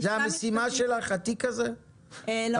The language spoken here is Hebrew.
זאת המשימה שלך, התיק הזה במשרד?